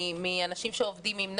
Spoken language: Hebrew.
מאנשים שעובדים עם נוער,